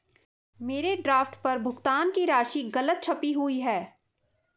मेरे ड्राफ्ट पर भुगतान की राशि गलत छपी हुई है